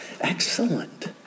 excellent